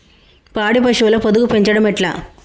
పాడి పశువుల పొదుగు పెంచడం ఎట్లా?